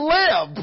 live